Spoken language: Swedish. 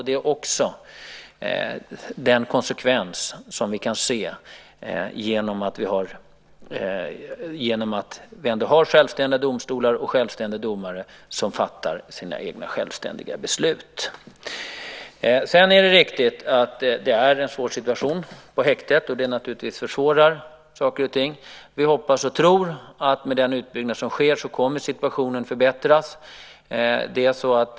Det är också en konsekvens som vi kan få genom att vi har självständiga domstolar och självständiga domare som fattar sina egna, självständiga beslut. Sedan är det riktigt att det är en svår situation på häktena och att det naturligtvis försvårar saker och ting. Vi hoppas och tror, med den utbyggnad som sker, att situationen kommer att förbättras.